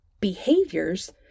behaviors